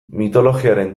mitologiaren